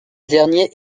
dernier